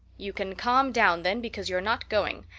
you can calm down then, because you're not going.